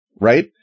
right